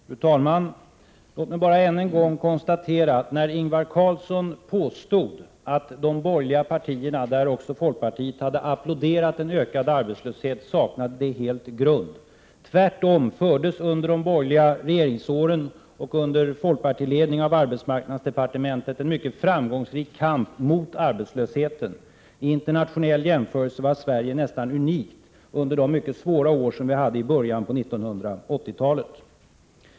Fru talman! Låt mig än en gång konstatera att när Ingvar Carlsson påstod att de borgerliga partierna och även folkpartiet hade applåderat en ökad arbetslöshet, saknade det helt grund. Tvärtom fördes under de borgerliga regeringsåren och under folkpartiledning av arbetsmarknadsdepartementet en mycket framgångsrik kamp mot arbetslösheten. I internationell jämförelse var Sverige nästan unikt under de mycket svåra år som vi hade i början av 1980-talet.